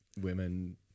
women